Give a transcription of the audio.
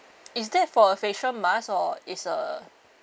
is that for a facial mask or is a